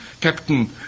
Captain